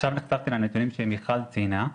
עכשיו נחשפתי לנתונים שמיכל ציינה,